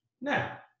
now